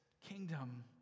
kingdom